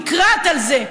נקרעת על זה,